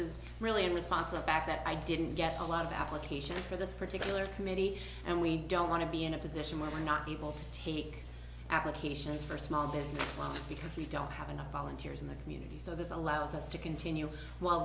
is really in response to the fact that i didn't get a lot of applications for this particular committee and we don't want to be in a position where we're not be able to take applications for small business because we don't have enough volunteers in the community so this allows us to continue while